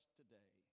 today